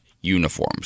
uniforms